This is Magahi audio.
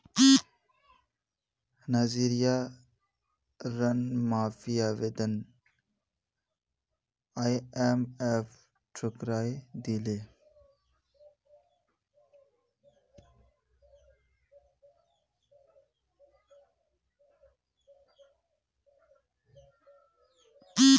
नाइजीरियार ऋण माफी आवेदन आईएमएफ ठुकरइ दिले